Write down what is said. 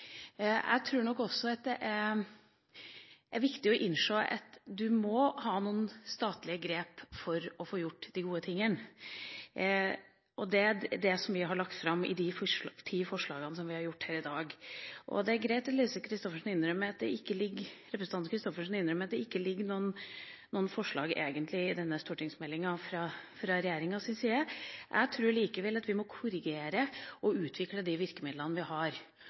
Jeg vil gjerne bidra til det. Jeg tror det er viktig å innse at man må ta noen statlige grep for å få gjort de gode tingene. Det er det vi har gjort i de elleve forslagene vi har lagt fram her i dag. Det er greit at representanten Christoffersen innrømmer at det egentlig ikke ligger inne noen forslag i denne stortingsmeldinga fra regjeringas side, men jeg tror at vi må korrigere og utvikle de virkemidlene vi har.